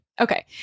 okay